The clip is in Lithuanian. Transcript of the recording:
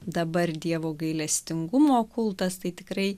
dabar dievo gailestingumo kultas tai tikrai